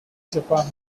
japan